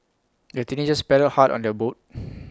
the teenagers paddled hard on their boat